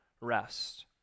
rest